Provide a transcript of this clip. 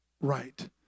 right